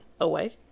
away